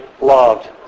loved